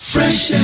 Fresh